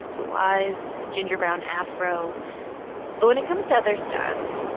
blue eyes, ginger-brown afro but when it comes to other stats,